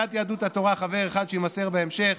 מסיעת יהדות התורה חבר אחד, ושמו יימסר בהמשך,